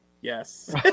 Yes